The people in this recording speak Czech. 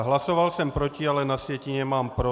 Hlasoval jsem proti, ale na sjetině mám pro.